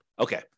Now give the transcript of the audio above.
Okay